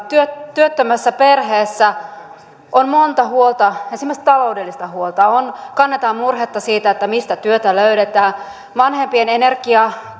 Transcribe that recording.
työttömässä perheessä on monta huolta esimerkiksi taloudellista huolta kannetaan murhetta siitä mistä työtä löydetään vanhempien energiaa